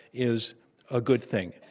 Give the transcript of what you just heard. is a good thing.